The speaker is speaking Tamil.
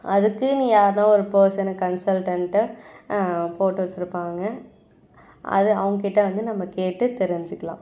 அதுக்குன்னு யாருன்னால் ஒரு பர்சனை கன்சல்டண்ட்டு போட்டு வைச்சுருப்பாங்க அது அவங்கக் கிட்டே வந்து நம்ம கேட்டு தெரிஞ்சுக்கலாம்